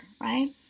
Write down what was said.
right